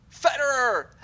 Federer